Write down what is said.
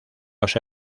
los